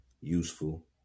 useful